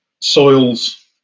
soils